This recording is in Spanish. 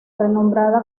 renombrada